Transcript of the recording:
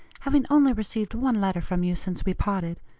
having only received one letter from you since we parted,